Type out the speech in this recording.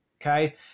Okay